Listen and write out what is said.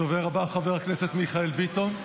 הדובר הבא, חבר הכנסת מיכאל ביטון.